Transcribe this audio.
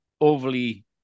overly